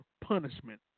punishment